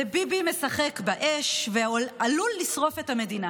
זה ביבי משחק באש ועלול לשרוף את המדינה.